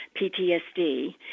PTSD